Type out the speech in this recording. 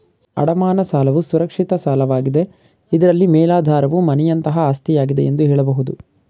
ಅಡಮಾನ ಸಾಲವು ಸುರಕ್ಷಿತ ಸಾಲವಾಗಿದೆ ಇದ್ರಲ್ಲಿ ಮೇಲಾಧಾರವು ಮನೆಯಂತಹ ಆಸ್ತಿಯಾಗಿದೆ ಎಂದು ಹೇಳಬಹುದು